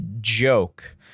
joke